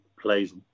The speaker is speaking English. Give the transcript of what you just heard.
plays